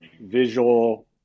visual